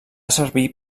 servir